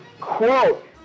quote